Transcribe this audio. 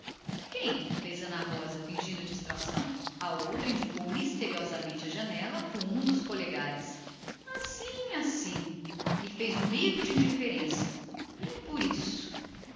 quem disse ana rosa fingindo distração e franzindo o nariz a outra indicou misteriosamente a janela com um dos polegares assim assim e a filha do negociante fez um bico de indiferença nem por isso